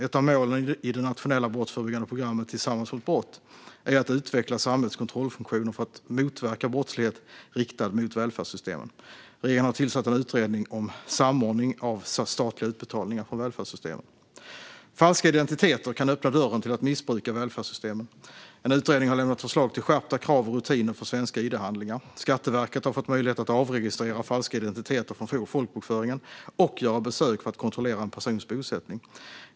Ett av målen i det nationella brottsförebyggande programmet Tillsammans mot brott är att utveckla samhällets kontrollfunktioner för att motverka brottslighet riktad mot välfärdssystemen. Regeringen har tillsatt en utredning om samordning av statliga utbetalningar från välfärdssystemen. Falska identiteter kan öppna dörren till att missbruka välfärdssystemen. En utredning har lämnat förslag till skärpta krav och rutiner för svenska id-handlingar. Skatteverket har fått möjlighet att avregistrera falska identiteter från folkbokföringen och göra besök för att kontrollera en persons bosättning.